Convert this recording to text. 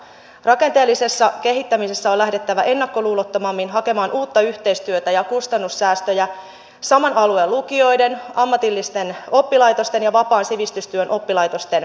rakenteellisessa kehittämisessä on lähdettävä ennakkoluulottomammin hakemaan uutta yhteistyötä ja kustannussäästöjä saman alueen lukioiden ammatillisten oppilaitosten ja vapaan sivistystyön oppilaitosten välillä